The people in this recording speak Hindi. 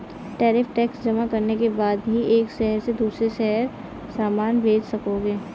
टैरिफ टैक्स जमा करने के बाद ही एक शहर से दूसरे शहर सामान भेज सकोगे